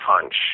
punch